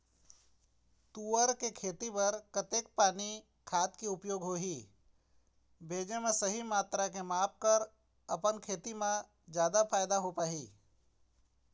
तुंहर के खेती बर कतेक पानी खाद के उपयोग होही भेजे मा सही मात्रा के माप कर अपन खेती मा जादा फायदा होथे पाही?